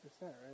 right